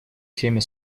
всеми